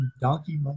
donkey